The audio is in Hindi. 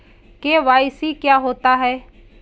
के.वाई.सी क्या होता है?